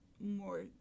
more